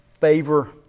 favor